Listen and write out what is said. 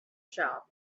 shop